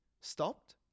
stopped